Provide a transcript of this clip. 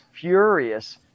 furious